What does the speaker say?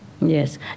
Yes